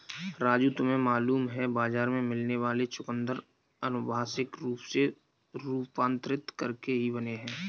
राजू तुम्हें मालूम है बाजार में मिलने वाले चुकंदर अनुवांशिक रूप से रूपांतरित करके ही बने हैं